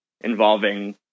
involving